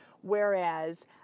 Whereas